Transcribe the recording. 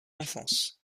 enfance